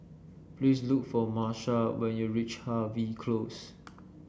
please look for Marsha when you reach Harvey Close